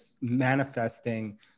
manifesting